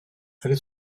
elles